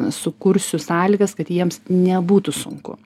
sukursiu sąlygas kad jiems nebūtų sunku